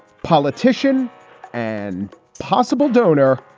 politician and possible donor.